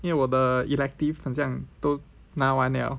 因为我的 elective 很像都拿完了